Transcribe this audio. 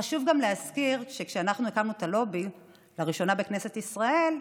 חשוב גם להזכיר שכשאנחנו הקמנו את הלובי לראשונה בכנסת ישראל,